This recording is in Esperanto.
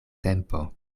tempo